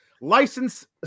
license